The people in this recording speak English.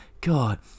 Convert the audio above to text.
God